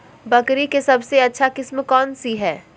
बकरी के सबसे अच्छा किस्म कौन सी है?